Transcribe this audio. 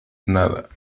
nada